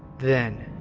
then,